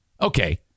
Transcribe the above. okay